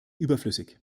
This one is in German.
überflüssig